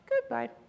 goodbye